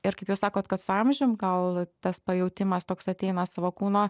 ir kaip jūs sakot kad su amžium gal tas pajautimas toks ateina savo kūno